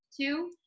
two